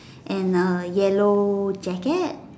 and a yellow jacket